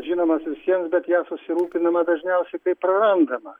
žinomas visiems bet ja susirūpinama dažniausiai kai prarandama